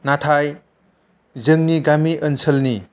नाथाय जोंनि गामि ओनसोलनि